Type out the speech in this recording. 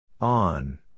On